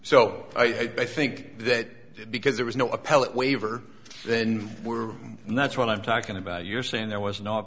so i think that because there was no appellate waiver then were and that's what i'm talking about you're saying there was no